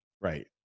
Right